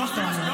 זה מה שאתה אומר.